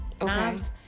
knobs